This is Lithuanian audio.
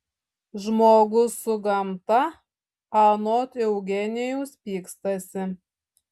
žmogus su gamta anot eugenijaus pykstasi